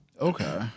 Okay